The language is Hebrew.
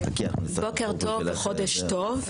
בוקר טוב וחודש טוב.